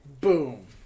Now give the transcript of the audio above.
boom